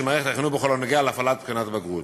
מערכת החינוך בכל הנוגע להפעלת בחינת הבגרות.